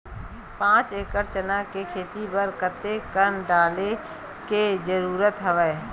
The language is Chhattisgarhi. पांच एकड़ चना के खेती बर कते कन डाले के जरूरत हवय?